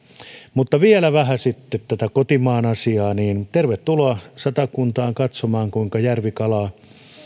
mutta vielä vähän sitten tätä kotimaan asiaa tervetuloa satakuntaan katsomaan kuinka järvikalaa